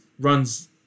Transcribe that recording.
runs